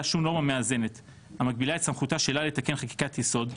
שום נורמה מאזנת המגבילה את סמכותה שלה לתקן חקיקת יסוד,